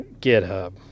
GitHub